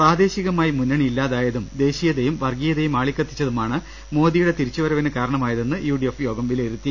പ്രാദേശികമായി മുന്നണി ഇല്ലാതായതും ദേശീയതയും വർഗീ യതയും ആളിക്കത്തിച്ചതുമാണ് മോദിയുടെ തിരിച്ചുവരവിന് കാരണ മായതെന്നും യുഡിഎഫ് യോഗം വിലയിരുത്തി